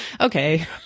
Okay